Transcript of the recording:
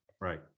right